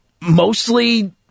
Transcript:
mostly